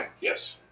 Yes